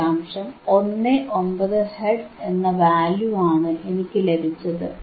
19 hertz എന്ന value ആണ് എനിക്ക് ലഭിച്ചത്